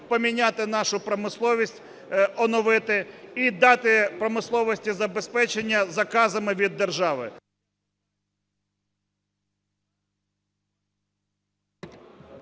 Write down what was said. поміняти нашу промисловість, оновити і дати промисловості забезпечення заказами від держави.